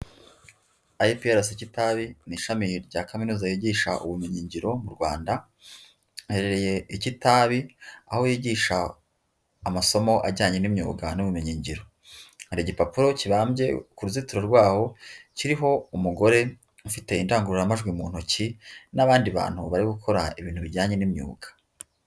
IPRC Kitabi mu ishami rya kaminuza yigisha ubumenyingiro mu Rwanda, riherereye i Kitabi aho yigisha amasomo ajyanye n'imyuga n'ubumenyingiro hari igipapuro kibambye ku ruzitiro rwawo kiriho umugore ufite indangururamajwi mu ntoki n'abandi bantu bari gukora ibintu bijyanye n'imyuga.